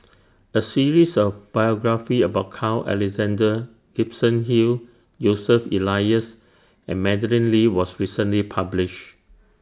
A series of biographies about Carl Alexander Gibson Hill Joseph Elias and Madeleine Lee was recently published